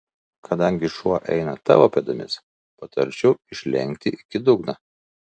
kadangi šuo eina tavo pėdomis patarčiau išlenkti iki dugno